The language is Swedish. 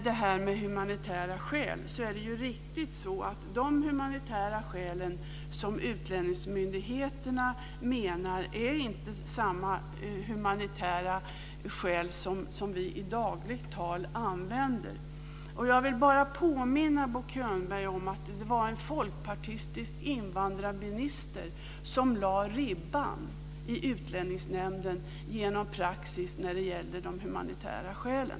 Det är riktigt att det som utlänningsmyndigheterna menar med humanitära skäl inte är detsamma som vi i dagligt tal menar med humanitära skäl. Jag vill bara påminna Bo Könberg om att det var en folkpartistisk invandrarminister som lade ribban i Utlänningsnämnden genom praxis när det gällde de humanitära skälen.